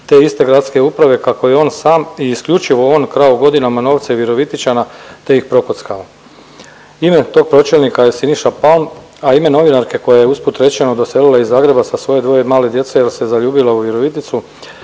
te iste gradske uprave kako je on sam i isključivo on krao godinama novce Virovitičana te ih prokockao. Ime tog pročelnika je Siniša Pal, a ime novinarke koja je usput rečeno doselila iz Zagreba sa svoje dvoje male djece jer se zaljubila u Viroviticu